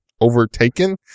overtaken